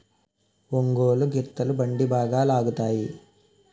ఒంగోలు గిత్తలు బండి బాగా లాగుతాయి